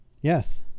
Yes